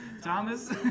Thomas